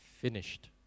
finished